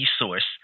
resource